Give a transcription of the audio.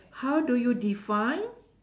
how do you define